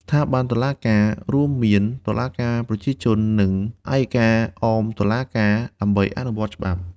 ស្ថាប័នតុលាការ រួមមានតុលាការប្រជាជន និងអយ្យការអមតុលាការ ដើម្បីអនុវត្តច្បាប់។